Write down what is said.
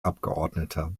abgeordneter